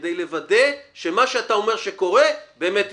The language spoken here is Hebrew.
כדי לוודא שמה שאתה אומר שקורה באמת יקרה.